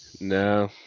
No